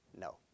No